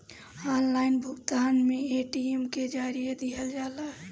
Online भुगतान में ATM के जानकारी दिहल जाला?